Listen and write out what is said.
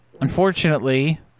unfortunately